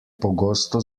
pogosto